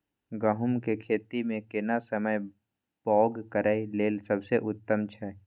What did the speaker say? गहूम के खेती मे केना समय बौग करय लेल सबसे उत्तम छै?